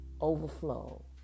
overflow